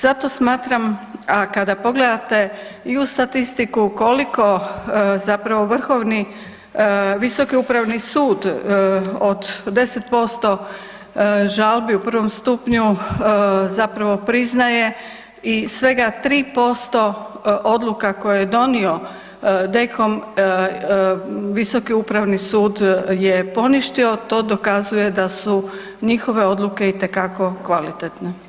Zato smatram, a kada pogledate i u statistiku koliko zapravo vrhovni, Visoki upravni sud od 10% žalbi u prvom stupnju zapravo priznaje i svega 3% odluka koje je donio DKOM Visoki upravni sud je poništio to dokazuje da su njihove odluke itekako kvalitetne.